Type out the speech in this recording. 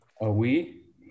Oui